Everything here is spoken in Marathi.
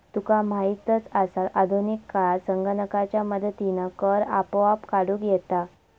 तुका माहीतच आसा, आधुनिक काळात संगणकाच्या मदतीनं कर आपोआप काढूक येता